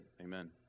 Amen